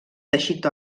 teixit